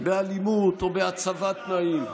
באלימות או בהצבת תנאים.